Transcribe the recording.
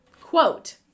quote